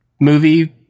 movie